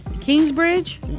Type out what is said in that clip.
Kingsbridge